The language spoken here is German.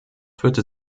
führte